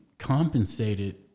compensated